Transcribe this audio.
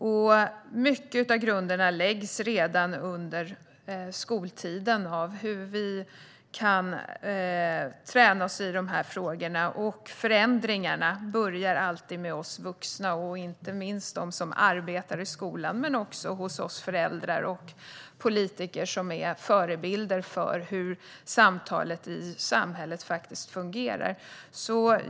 En stor del av grunden läggs redan under skoltiden vad gäller hur vi kan träna oss i dessa frågor. Förändringarna börjar alltid med oss vuxna, inte minst med dem som arbetar i skolan. Det gäller dock även oss föräldrar och politiker, som är förebilder för hur samtalet i samhället fungerar.